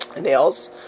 nails